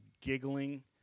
giggling